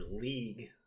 league